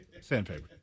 Sandpaper